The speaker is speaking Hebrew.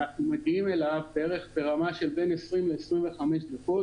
אנחנו מגיעים אליו בערך ברמה של בין 20-25 דקות,